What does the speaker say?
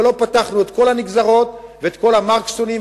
ולא פתחנו את כל הנגזרות ואת כל ה"מרקסטונים".